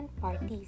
parties